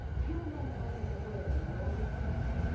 you men own the world and all that's in it.